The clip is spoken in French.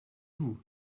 vous